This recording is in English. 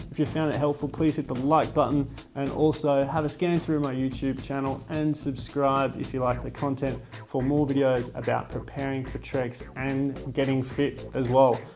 if you found it helpful please hit the like button and also have a scan through my youtube channel, and subscribe if you like the content for more videos about preparing for treks and getting fit as well.